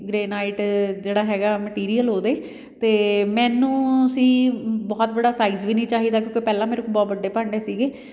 granite ਜਿਹੜਾ ਹੈਗਾ material ਉਹਦੇ ਅਤੇ ਮੈਨੂੰ ਸੀ ਬਹੁਤ ਬੜਾ ਸਾਈਜ਼ ਵੀ ਨਹੀਂ ਚਾਹੀਦਾ ਕਿਉਂਕਿ ਉਹ ਪਹਿਲਾਂ ਮੇਰੇ ਕੋਲ ਬਹੁਤ ਵੱਡੇ ਭਾਂਡੇ ਸੀਗੇ